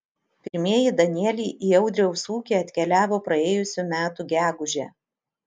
pirmieji danieliai į audriaus ūkį atkeliavo praėjusių metų gegužę